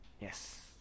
Yes